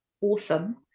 awesome